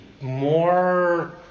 more